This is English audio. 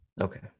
Okay